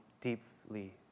deeply